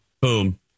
boom